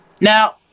now